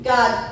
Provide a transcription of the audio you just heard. God